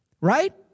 Right